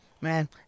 Man